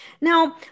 Now